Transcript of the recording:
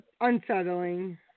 unsettling